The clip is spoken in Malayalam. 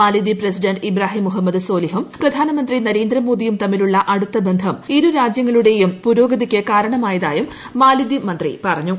മാലിദ്വീപ് പ്രസിഡന്റ് ഇബ്രാഹിം മുഹമ്മദ് സോലിഹും പ്രധാനമന്ത്രി നരേന്ദ്രമോദിയും തമ്മിലുള്ള അടുത്ത ബന്ധം ഇരുരാജൃങ്ങളുടെയും പുരോഗതിയിക്ക് കാരണമായതായും മാലിദ്വീപ് മന്ത്രി പറഞ്ഞു